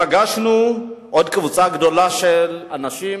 פגשנו עוד קבוצה גדולה של אנשים,